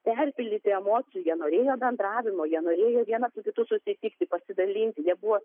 perpildyti emocijų jie norėjo bendravimo jie norėjo vienas su kitu susitikti pasidalinti jie buvo